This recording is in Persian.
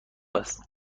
است